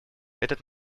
этот